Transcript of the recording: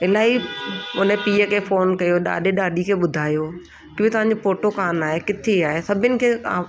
इलाही उनजे पीअ खे फोन कयो ॾाॾे ॾाॾी खे ॿुधायो की भई तव्हां जो पोटो कान आहे किथे आहे सभिनि खे